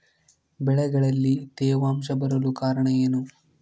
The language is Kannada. ಬೆಳೆಗಳಲ್ಲಿ ತೇವಾಂಶ ಬರಲು ಕಾರಣ ಏನು?